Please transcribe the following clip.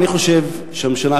אני חושב שהממשלה,